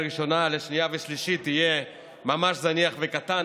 הראשונה לשנייה ושלישית יהיה ממש זניח וקטן,